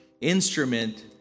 instrument